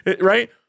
Right